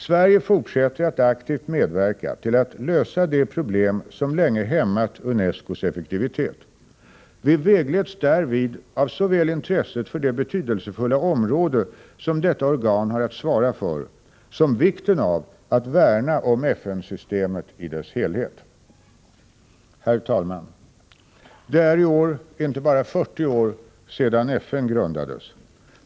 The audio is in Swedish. Sverige fortsätter att aktivt medverka till att lösa de problem som länge hämmat UNESCO:s effektivitet. Vi vägleds därvid av såväl intresset för det betydelsefulla område som detta organ har att svara för som vikten av att värna om FN-systemet i dess helhet. Herr talman! Det är i år inte bara 40 år sedan FN grundades.